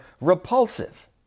repulsive